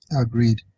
Agreed